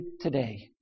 today